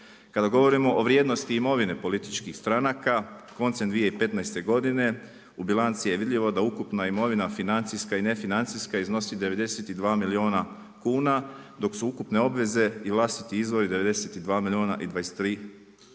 Kada govorimo o vrijednosti imovine političkih stranaka, koncem 2015. godine u bilanci je vidljivo da ukupna imovina financijska i ne financijska iznosi 92 milijuna kuna dok su ukupne obveze i vlastiti izvori 92 milijuna i 23 tisuće